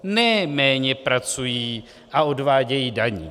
Ne méně pracují a odvádějí daně.